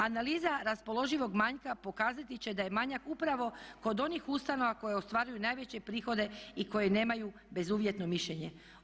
Analiza raspoloživog manjka pokazati će da je manjak upravo kod onih ustanova koje ostvaruju najveće prihode i koji nemaju bezuvjetno mišljenje.